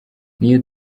n’iyo